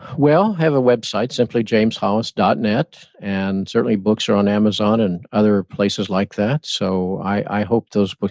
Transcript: well, i have a website simply jameshollis dot net. and certainly books are on amazon and other places like that, so i hope those books,